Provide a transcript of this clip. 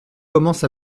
commence